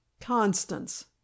Constance